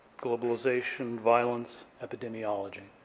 globalization, violence, epidemiology.